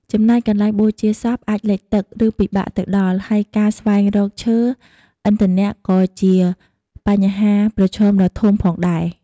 ចំណែកកន្លែងបូជាសព អាចលិចទឹក ឬពិបាកទៅដល់ ហើយការស្វែងរក ឈើ ឥន្ធនៈក៏ជាបញ្ហាប្រឈមដ៏ធំផងដែរ។